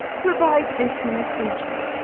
provide this messenger.